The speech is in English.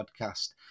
podcast